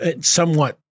somewhat